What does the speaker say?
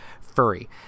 furry